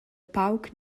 pauc